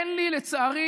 אין לי, לצערי,